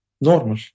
normal